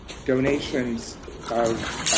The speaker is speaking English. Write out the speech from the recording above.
donations of